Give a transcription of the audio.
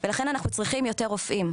ולכן אנחנו צריכים יותר רופאים.